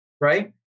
Right